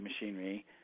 machinery